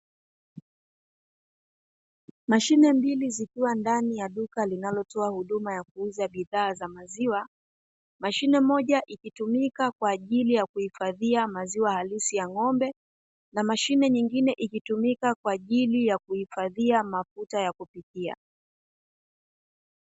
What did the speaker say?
Mashine mbili zikiwa ndani ya duka linalotoa huduma ya kuuza bidhaa za maziwa, mashine moja ikitumika kwa ajili ya kuhifadhia maziwa halisi ya ng'ombe, na mashine nyingine ikitumika kwa ajili ya kuhifadhia mafuta ya kupikia.